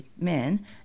men